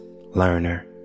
learner